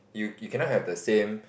you you cannot have the same